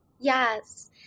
yes